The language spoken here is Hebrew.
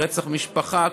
רצח משפחה,